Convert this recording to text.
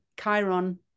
Chiron